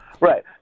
Right